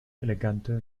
elegante